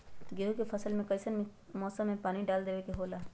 गेहूं के फसल में कइसन मौसम में पानी डालें देबे के होला?